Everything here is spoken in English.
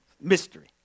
Mystery